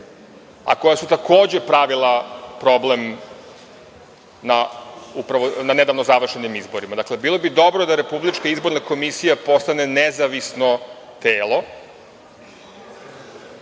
a koja su takođe pravila problem na nedavno završenim izborima. Dakle, bilo bi dobro da RIK postane nezavisno telo,